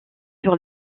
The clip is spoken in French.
sur